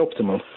optimal